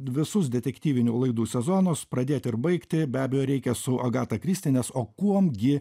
visus detektyvinių laidų sezonas pradėti ir baigti be abejo reikia su agata kristi nes o kuom gi